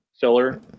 filler